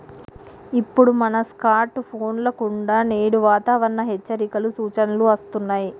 ఇప్పుడు మన స్కార్ట్ ఫోన్ల కుండా నేడు వాతావరణ హెచ్చరికలు, సూచనలు అస్తున్నాయి